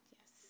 Yes